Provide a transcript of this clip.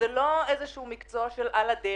זה לא מקצוע של על-הדרך.